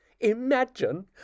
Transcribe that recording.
Imagine